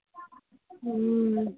হুম